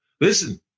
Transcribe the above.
Listen